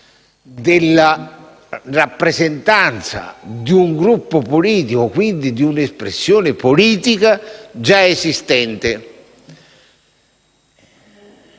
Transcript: della rappresentanza di un Gruppo politico, quindi di un'espressione politica già esistente.